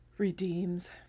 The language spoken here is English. redeems